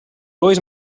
always